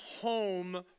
home